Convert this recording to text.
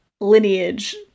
lineage